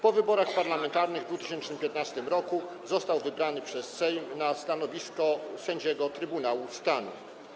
Po wyborach parlamentarnych w 2015 r. został wybrany przez Sejm na stanowisko sędziego Trybunału Stanu.